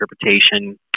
interpretation